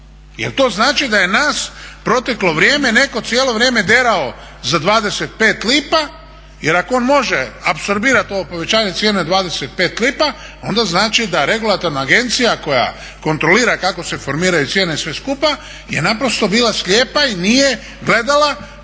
jer to znači da je nas proteklo vrijeme netko cijelo vrijeme derao za 25 lipa jer ako on može apsorbirati ovo povećanje cijena 25 lipa onda znači da regulatorna agencija koja kontrolira kako se formiraju cijene sve skupa je naprosto bila slijepa i nije gledala